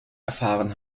erfahren